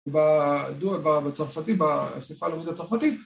בצרפתית, בשפה לאומית הצרפתית